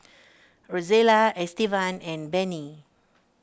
Rozella Estevan and Bennie